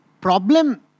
Problem